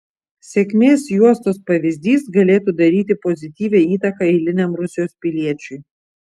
sėkmės juostos pavyzdys galėtų daryti pozityvią įtaką eiliniam rusijos piliečiui